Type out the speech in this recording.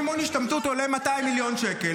חוק מימון השתמטות עולה 200 מיליון שקל.